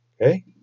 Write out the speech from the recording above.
Okay